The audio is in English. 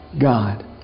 God